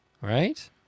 right